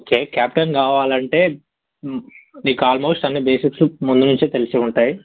okay captain కావాలంటే మీకు almost అన్ని బేసిక్స్ ముందు నుంచే తెలిసి ఉంటాయి